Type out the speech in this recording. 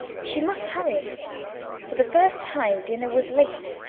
she must hurry for the first time dinner was late,